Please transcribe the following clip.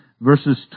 verses